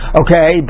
okay